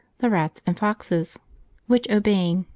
the rats and foxes which, obeying,